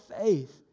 faith